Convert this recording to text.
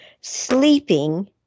sleeping